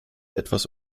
etwas